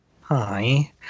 Hi